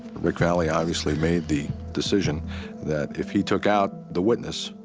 rick vallee obviously made the decision that if he took out the witness,